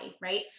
right